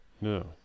No